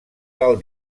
del